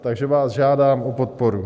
Takže vás žádám o podporu.